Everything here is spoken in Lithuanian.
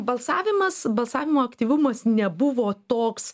balsavimas balsavimo aktyvumas nebuvo toks